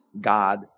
God